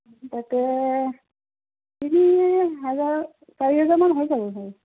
তাতে তিনি হাজাৰ চাৰি হাজাৰ মান হৈ যাব চাগে